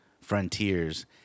Frontiers